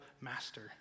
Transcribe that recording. master